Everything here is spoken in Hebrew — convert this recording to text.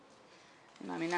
אני מאמינה,